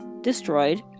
destroyed